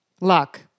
Luck